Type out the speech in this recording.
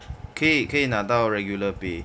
可以可以拿到 regular pay